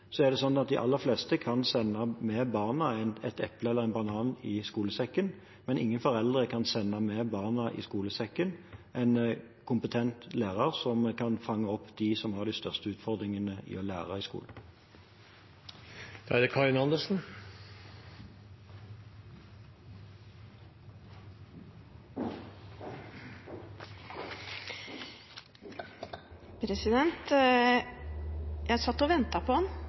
de aller fleste sende med barna et eple eller en banan i skolesekken. Men ingen foreldre kan sende med barna en kompetent lærer i skolesekken, som kan fange opp dem som har de største utfordringene med å lære i skolen. Jeg satt og ventet på at akkurat den skulle komme, det er